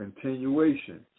continuation